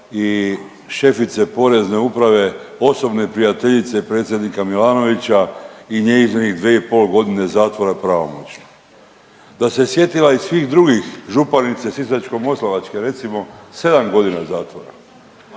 i šefice Porezne uprave osobne prijateljice predsjednika Milanovića i njezinih 2,5 godine zatvora pravomoćno, da se sjetila i svih drugih županice sisačko-moslavačke recimo sedam godina zatvora.